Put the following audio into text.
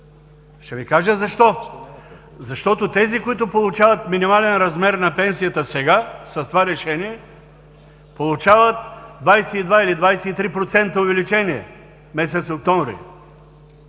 ще Ви кажа защо. Защото тези, които получават минимален размер на пенсията сега, с това решение, получават 22 или 23% увеличение за месец октомври.